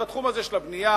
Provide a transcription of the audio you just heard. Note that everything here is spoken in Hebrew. בתחום הזה של הבנייה,